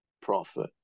profit